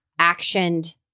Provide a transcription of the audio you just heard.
actioned